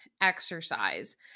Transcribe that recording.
exercise